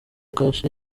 kashe